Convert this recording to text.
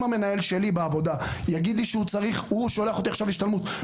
אם המנהל שלי בעבודה שולח אותי עכשיו להשתלמות,